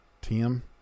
Tim